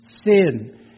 sin